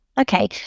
Okay